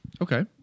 Okay